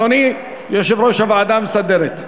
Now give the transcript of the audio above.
אדוני יושב-ראש הוועדה המסדרת.